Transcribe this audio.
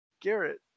Garrett